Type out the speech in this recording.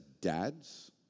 dads